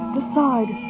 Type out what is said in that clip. Decide